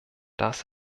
das